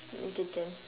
okay can